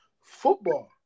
football